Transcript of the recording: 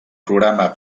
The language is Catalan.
programa